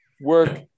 work